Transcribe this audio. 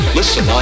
listen